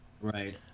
Right